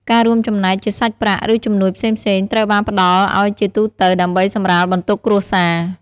ការរួមចំណែកជាសាច់ប្រាក់ ឬជំនួយផ្សេងៗត្រូវបានផ្តល់ឱ្យជាទូទៅ ដើម្បីសម្រាលបន្ទុកគ្រួសារ។